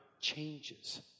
changes